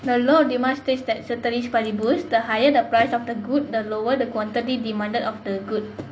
the law demands that ceteris paribus the higher the price of the good the lower the quantity demanded of the good